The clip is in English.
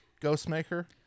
Ghostmaker